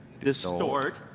distort